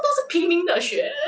ya